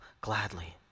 gladly